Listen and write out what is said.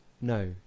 No